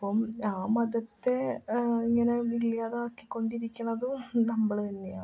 അപ്പം ആ മതത്തെ ഇങ്ങനെ ഇല്ലാതാക്കി കൊണ്ടിരിക്കണത് നമ്മൾ തന്നെയാണ്